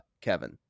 Kevin